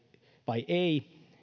vai ei